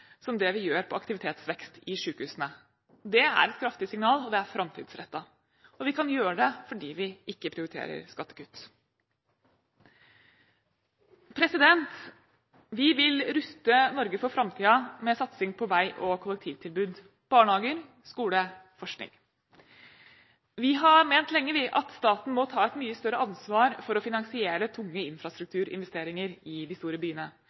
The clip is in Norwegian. som det vi gjør på aktivitetsvekst i sykehusene. Det er et kraftig signal, og det er framtidsrettet. Og vi kan gjøre det fordi vi ikke prioriterer skattekutt. Vi vil ruste Norge for framtiden med satsing på vei og kollektivtilbud, barnehager, skole og forskning. Vi har ment lenge at staten må ta et mye større ansvar for å finansiere tunge infrastrukturinvesteringer i de store byene.